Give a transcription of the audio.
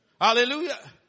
Hallelujah